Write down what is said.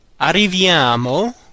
arriviamo